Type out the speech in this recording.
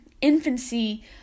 infancy